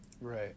Right